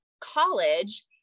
college